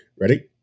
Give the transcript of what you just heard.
Ready